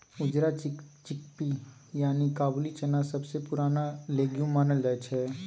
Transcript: उजरा चिकपी यानी काबुली चना सबसँ पुरान लेग्युम मानल जाइ छै